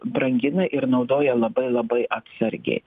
brangina ir naudoja labai labai atsargiai